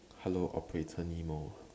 hello operator nemo